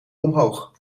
omhoog